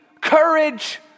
courage